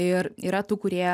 ir yra tų kurie